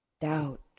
doubt